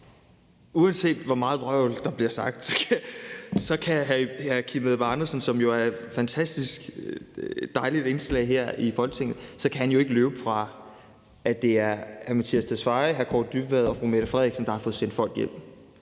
Uanset hvor meget vrøvl der bliver sagt, kan hr. Kim Edberg Andersen, som jo er et fantastisk dejligt indslag her i Folketinget, jo ikke løbe fra, at det er hr. Mattias Tesfaye, hr. Kaare Dybvad og fru Mette Frederiksen, der har fået sendt folk hjem;